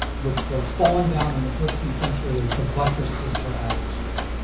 which was falling down in the thirteenth century, and so buttresses were added to it.